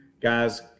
guys